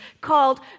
called